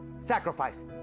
sacrifice